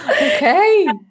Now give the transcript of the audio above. Okay